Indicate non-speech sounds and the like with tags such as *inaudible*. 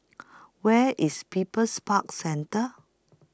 *noise* Where IS People's Park Centre